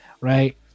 right